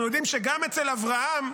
אנחנו יודעים שגם אצל אברהם,